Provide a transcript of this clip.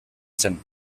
zen